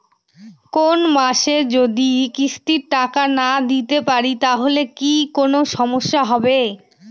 কোনমাসে যদি কিস্তির টাকা না দিতে পারি তাহলে কি কোন সমস্যা হবে?